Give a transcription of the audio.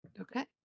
Okay